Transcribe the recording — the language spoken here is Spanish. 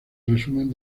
resumen